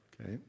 Okay